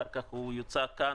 אחר כך הוא יוצר כאן.